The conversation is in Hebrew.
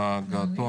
בגעתון,